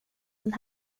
den